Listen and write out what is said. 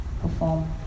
perform